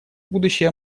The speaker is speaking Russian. будущее